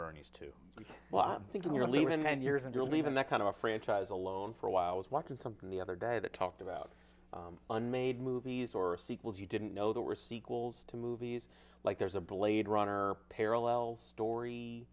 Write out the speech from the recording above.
bernie's two well i'm thinking you're leaving ten years and you're leaving that kind of a franchise alone for a while i was watching something the other day that talked about unmade movies or sequels you didn't know there were sequels to movies like there's a blade runner or parallel story